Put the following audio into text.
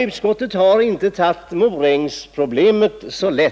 Utskottet har inte tagit så lätt på frågan om Morängen.